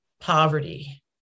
poverty